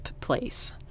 place